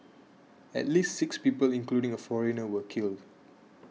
at least six people including a foreigner were killed